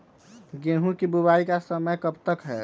गेंहू की बुवाई का समय कब तक है?